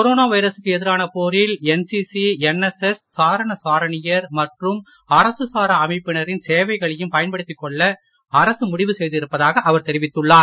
corona வைரசுக்கு எதிரான போரில் என்சிசி என்எஸ்எஸ் சாரண சாரணியர் மற்றும் அரசு சாரா அமைப்பினரின் சேவைகளையும் பயன்படுத்திக் கொள்ள அரசு முடிவு செய்து இருப்பதாக அவர் தெரிவித்துள்ளார்